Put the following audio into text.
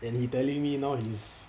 then he telling now is